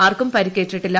ആർക്കും പരിക്കേറ്റിട്ടില്ല